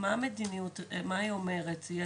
מה המדיניות אומרת?